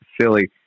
silly